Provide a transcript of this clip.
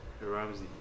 Ramsey